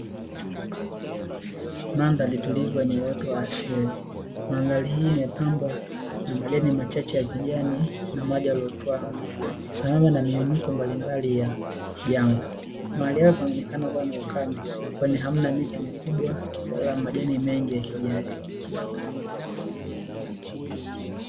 Mandhari tulivu yenye uoto wa asili, mandhari hii imepambwa na majani machache ya kijani na maji yaliyotuama sambamba na miinuko mbalimbali ya jangwa, mahali hapa kunaonekana kuwa na ukame kwani hamna miti mikubwa wala majani mengi ya kijani.